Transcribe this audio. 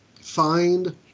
find